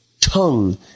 tongue